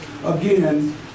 Again